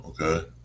Okay